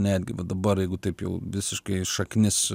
netgi va dabar jeigu taip jau visiškai šaknis